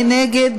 מי נגד?